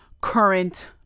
current